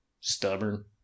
stubborn